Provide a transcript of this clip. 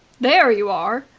there you are!